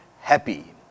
happy